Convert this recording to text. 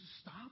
Stop